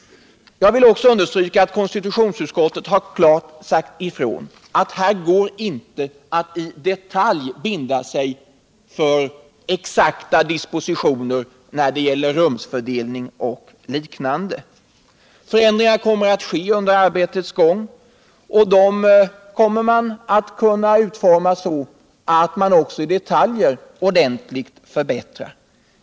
Jag vill också understryka att konstitutionsutskottet klart sagt ifrån att det inte går att nu i detalj binda sig för exakta dispositioner när det gäller rumsfördelning och liknande. Förändringar kommer aut ske under arbetets gång, och de kommer att kunna utformas så att man också i detaljer ordentligt förbättrar.